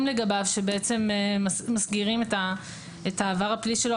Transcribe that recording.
לגביו שמסגירים את העבר הפלילי שלו,